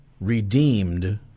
redeemed